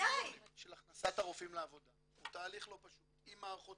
של הכנסת הרופאים לעבודה הוא תהליך לא פשוט עם מערכות